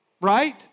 right